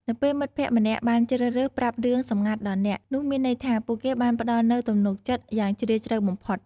នៅពេលមិត្តភក្តិម្នាក់បានជ្រើសរើសប្រាប់រឿងសម្ងាត់ដល់អ្នក នោះមានន័យថាពួកគេបានផ្តល់នូវទំនុកចិត្តយ៉ាងជ្រាលជ្រៅបំផុត។